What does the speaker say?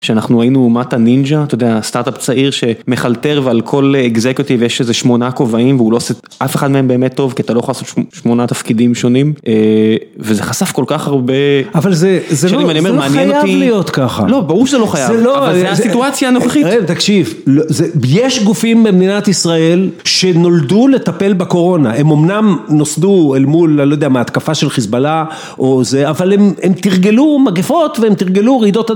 שאנחנו היינו מעטה נינג'ה, אתה יודע, סטאטאפ צעיר שמחלטר ועל כל אקזקיוטיב יש איזה שמונה כובעים והוא לא עושה, אף אחד מהם באמת טוב, כי אתה לא יכול לעשות שמונה תפקידים שונים. וזה חשף כל כך הרבה... אבל זה, זה לא חייב להיות ככה. לא, ברור שזה לא חייב, אבל זו הסיטואציה הנוכחית. רב, תקשיב, לא זה, יש גופים במדינת ישראל שנולדו לטפל בקורונה. הם אמנם נוסדו אל מול, אני לא יודע, מהתקפה של חיזבאללה, אבל הם תרגלו מגפות והם תרגלו רעידות...